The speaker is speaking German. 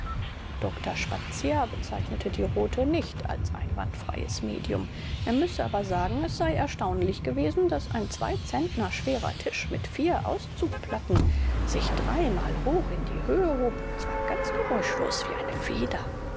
dr spatzier bezeichnete die rothe nicht als einwandfreies medium er müsse aber sagen es sei erstaunlich gewesen daß ein zwei zentner schwerer tisch mit vier auszugplatten sich dreimal hoch in die höhe hob und zwar ganz geräuschlos wie eine feder